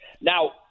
Now